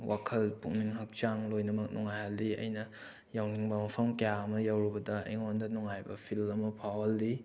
ꯋꯥꯈꯜ ꯄꯨꯛꯅꯤꯡ ꯍꯛꯆꯥꯡ ꯂꯣꯏꯅꯃꯛ ꯅꯨꯡꯉꯥꯏꯍꯜꯂꯤ ꯑꯩꯅ ꯌꯧꯅꯤꯡꯕ ꯃꯐꯝ ꯀꯌꯥ ꯑꯃ ꯌꯧꯔꯨꯕꯗ ꯑꯩꯉꯣꯟꯗ ꯅꯨꯡꯉꯥꯏꯕ ꯐꯤꯜ ꯑꯃ ꯐꯥꯎꯍꯜꯂꯤ